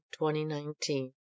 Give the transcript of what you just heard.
2019